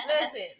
Listen